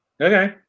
okay